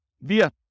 via